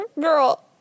Girl